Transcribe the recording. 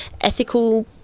ethical